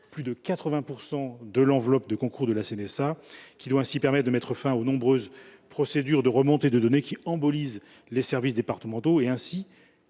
plus de 80 % de l’enveloppe des concours de la CNSA. Nous pourrons ainsi mettre fin aux nombreuses procédures de remontée de données, qui embolisent les services départementaux, et